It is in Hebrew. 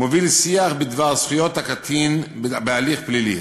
מוביל שיח בדבר זכויות הקטין בהליך פלילי.